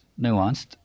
nuanced